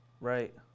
Right